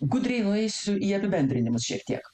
gudriai nueisiu į apibendrinimus šiek tiek